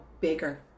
bigger